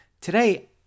Today